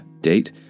date